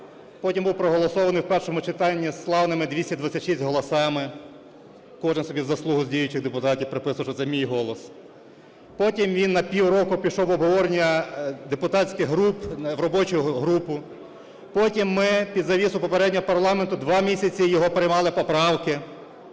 потім був проголосований в першому читанні із славними 226 голосами. Кожен собі заслугу з діючих депутатів приписував, що це мій голос, потім він на півроку пішов в обговорення депутатських груп, в робочу групу, потім ми під завісу попереднього парламенту два місяці його приймали поправки,